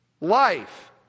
life